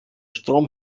strom